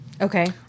Okay